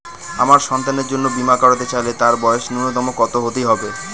আমার সন্তানের জন্য বীমা করাতে চাইলে তার বয়স ন্যুনতম কত হতেই হবে?